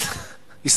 אדוני השר.